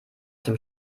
dem